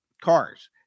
Cars